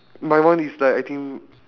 my one is like I think